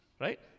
right